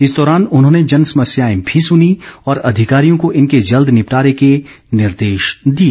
इस दौरान उन्होंने जन समस्याएं भी सुनीं और अधिकारियों को इनके जल्द निपटारे के निर्देश दिए